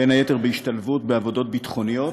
בין היתר בהשתלבות בעבודות ביטחוניות,